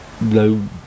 No